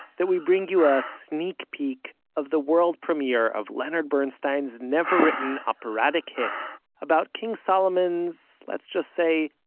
that we bring you a sneak peek of the world premiere of leonard bernstein's never-written operatic hit about king solomon's, let's just say,